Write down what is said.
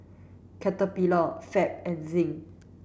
Caterpillar Fab and Zinc